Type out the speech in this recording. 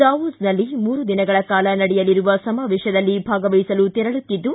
ದಾವೋಸ್ನಲ್ಲಿ ಮೂರು ದಿನಗಳ ಕಾಲ ನಡೆಯಲಿರುವ ಸಮಾವೇಶದಲ್ಲಿ ಭಾಗವಹಿಸಲು ತೆರಳುತ್ತಿದ್ದು